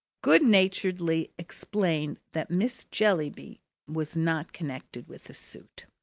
good-naturedly explained that miss jellyby was not connected with the suit.